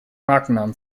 markennamen